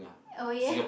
oh yeah